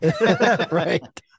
Right